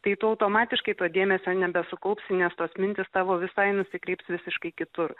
tai tu automatiškai to dėmesio nebesukaupsi nes tos mintys tavo visai nusikreips visiškai kitur